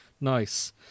Nice